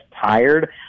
tired